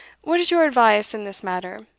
what is your advice in this matter?